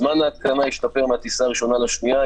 זמן ההתקנה השתפר מהטיסה הראשונה לשנייה.